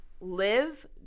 Live